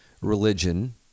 religion